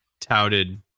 touted